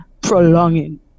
prolonging